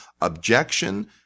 objection